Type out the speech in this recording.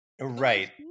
Right